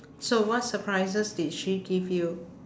so what surprises did she give you